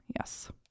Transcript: Yes